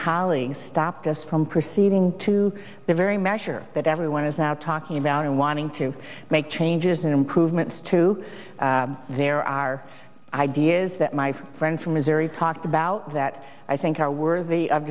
colleagues stopped us from proceeding to the very measure that everyone is now talking about and wanting to make changes and improvements to there are ideas that my friends from missouri talked about that i think are worthy of